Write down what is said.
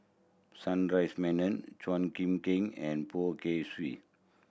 Sundaresh Menon Chua Kim Kang and Poh Kay Swee